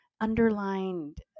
underlined